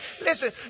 Listen